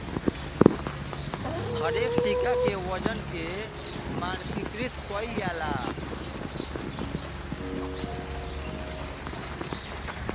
हरेक सिक्का के वजन के मानकीकृत कईल जाला